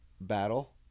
battle